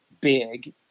big